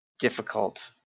difficult